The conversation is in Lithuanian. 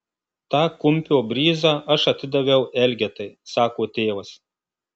tą kumpio bryzą aš atidaviau elgetai sako tėvas